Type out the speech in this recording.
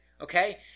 Okay